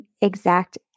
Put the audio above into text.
exact